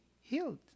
healed